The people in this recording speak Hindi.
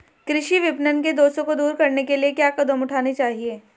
कृषि विपणन के दोषों को दूर करने के लिए क्या कदम उठाने चाहिए?